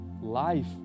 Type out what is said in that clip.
life